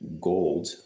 Gold